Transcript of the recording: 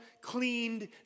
cleaned